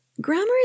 grammar